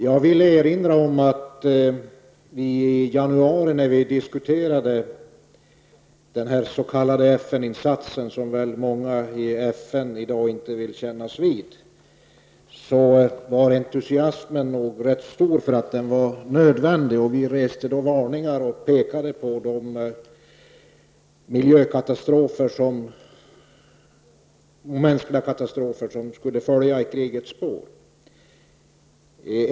Jag vill erinra om att vi i januari när vi diskuterade den s.k. FN-insatsen, som många i FN i dag inte vill kännas vid, var entusiasmen stor för att insatsen var nödvändig. Vi varnade och pekade på de miljökatastrofer och de mänskliga lidanden som skulle följa i krigets spår.